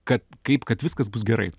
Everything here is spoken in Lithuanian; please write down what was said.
kad kaip kad viskas bus gerai